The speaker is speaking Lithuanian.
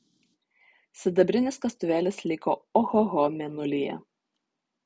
sidabrinis kastuvėlis liko ohoho mėnulyje